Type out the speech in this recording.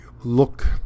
look